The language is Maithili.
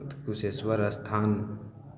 कुशेश्वर स्थान